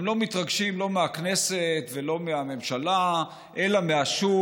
הם לא מתרגשים מהכנסת ומהממשלה אלא מהשוק,